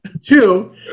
Two